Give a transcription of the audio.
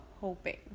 hoping